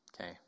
Okay